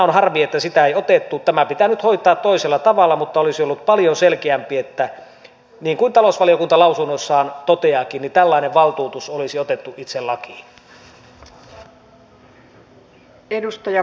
on harmi että sitä ei otettu tämä pitää nyt hoitaa toisella tavalla mutta olisi ollut paljon selkeämpi että niin kuin talousvaliokunta lausunnossaan toteaakin tällainen valtuutus olisi otettu itse lakiin